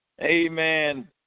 Amen